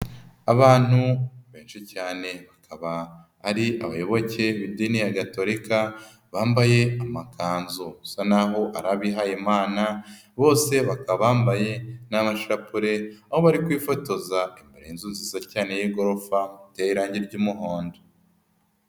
Abantu benshi cyane bakaba ari abayoboke b'idini Gatolika bambaye amakanzu, bisa naho ari abihayimana bose bakaba bambaye n'amashapure, aho bari kwifotoza imbere y'inzu nziza cyane y'igorofa iteye irange ry'umuhondo.